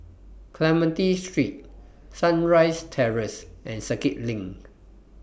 Clementi Street Sunrise Terrace and Circuit LINK